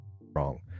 wrong